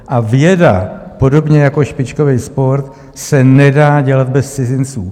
A věda podobně jako špičkový sport se nedá dělat bez cizinců.